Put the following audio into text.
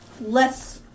Less